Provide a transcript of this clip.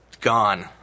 gone